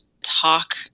talk